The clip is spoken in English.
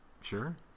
Sure